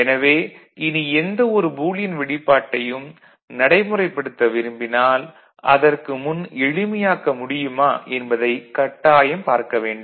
எனவே இனி எந்த ஒரு பூலியன் வெளிப்பாட்டை நடைமுறைப்படுத்த விரும்பினாலும் அதற்கு முன் எளிமையாக்க முடியுமா என்பதைக் கட்டாயம் பார்க்க வேண்டும்